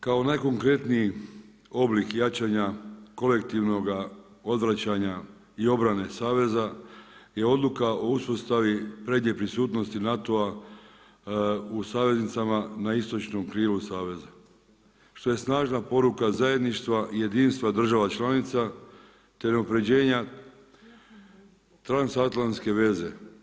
Kao najkonkretniji oblik jačanja kolektivnoga odvraćanja i obrane saveza je odluka o uspostavi prednje prisutnosti NATO-a u saveznicama na istočnom krilu saveza, što je snažna poruka zajedništva, jedinstva država članica te unapređenja transatlantske veze.